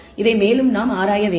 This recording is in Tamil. இதை மேலும் நாம் ஆராய வேண்டும்